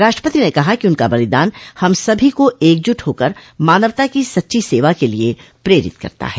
राष्ट्रपति ने कहा कि उनका बलिदान हम सभी को एकजुट होकर मानवता की सच्ची सेवा के लिए प्रेरित करता है